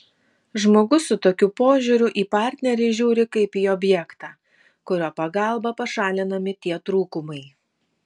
žmogus su tokiu požiūriu į partnerį žiūri kaip į objektą kurio pagalba pašalinami tie trūkumai